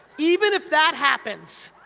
even if that happens,